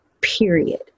period